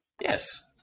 Yes